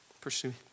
pursue